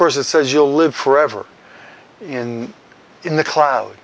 course it says you'll live forever in in the cloud